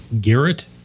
Garrett